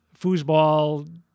foosball